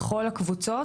לכל הקבוצות,